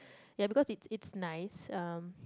ya because it's it's nice um